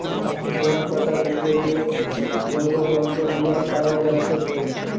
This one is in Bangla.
কোন পাতা থেকে যে জৈব তন্তু গুলা পায়া যাইতেছে